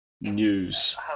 News